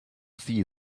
see